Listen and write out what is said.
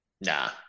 Nah